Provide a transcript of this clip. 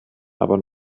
aber